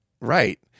right